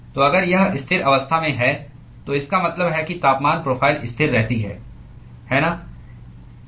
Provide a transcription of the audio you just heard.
तो अगर यह स्थिर अवस्था में है तो इसका मतलब है कि तापमान प्रोफ़ाइल स्थिर रहती है है ना